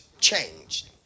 changed